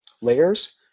layers